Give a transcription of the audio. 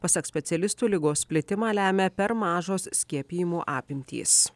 pasak specialistų ligos plitimą lemia per mažos skiepijimų apimtys